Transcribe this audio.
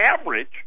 average